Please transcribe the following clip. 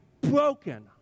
broken